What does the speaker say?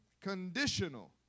Conditional